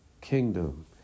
kingdom